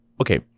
Okay